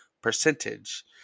percentage